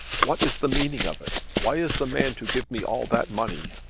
what is the meaning of it? why is the man to give me all that money?